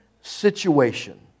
situation